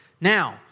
Now